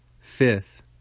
fifth